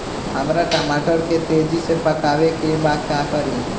हमरा टमाटर के तेजी से पकावे के बा का करि?